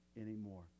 anymore